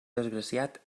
desgraciat